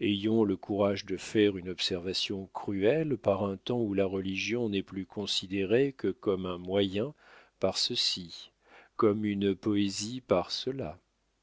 ayons le courage de faire une observation cruelle par un temps où la religion n'est plus considérée que comme un moyen par ceux-ci comme une poésie par ceux-là